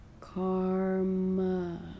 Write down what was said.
Karma